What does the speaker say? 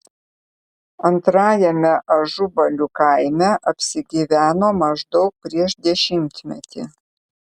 antrajame ažubalių kaime apsigyveno maždaug prieš dešimtmetį